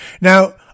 Now